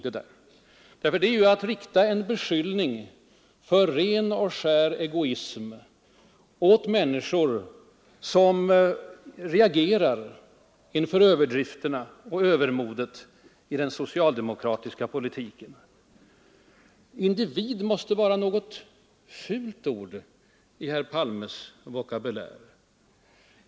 Att säga det är att rikta en beskyllning för ren och skär egoism mot människor som reagerar mot överdrifterna och övermodet i den socialdemokratiska politiken. Individ måste vara något fult ord i herr Palmes vokabulär.